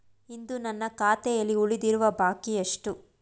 ಇಂದು ನನ್ನ ಖಾತೆಯಲ್ಲಿ ಉಳಿದಿರುವ ಬಾಕಿ ಎಷ್ಟು?